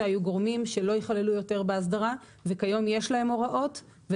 גורמים שלא יכללו יותר באסדרה וכיום יש להם הוראות.